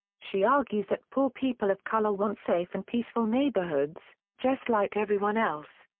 she argues that poor people of color want safe and peaceful neighborhoods, just like everyone else.